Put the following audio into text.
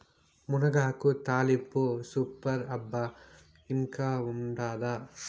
మునగాకు తాలింపు సూపర్ అబ్బా ఇంకా ఉండాదా